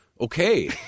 okay